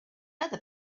other